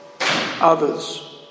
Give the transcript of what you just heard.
others